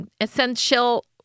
essential